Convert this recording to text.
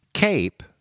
CAPE